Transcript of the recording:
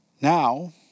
Now